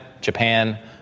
Japan